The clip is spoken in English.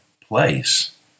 place